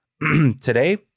today